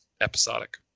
episodic